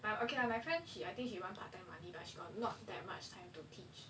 um okay lah my friend she I think she want part time money but she got not that much time to teach